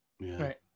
Right